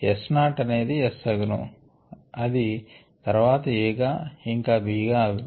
S not అనేది S అగును అది తర్వాత Aగా ఇంకా Bగా అగును